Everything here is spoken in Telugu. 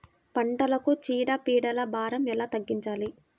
పంటలకు చీడ పీడల భారం ఎలా తగ్గించాలి?